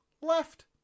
left